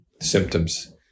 symptoms